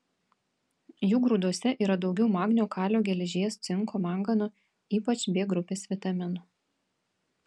jų grūduose yra daugiau magnio kalio geležies cinko mangano ypač b grupės vitaminų